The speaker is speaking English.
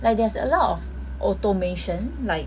like there's a lot of automation like